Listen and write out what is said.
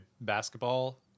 basketball